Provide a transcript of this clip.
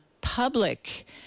public